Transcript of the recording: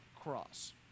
cross